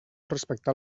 respectar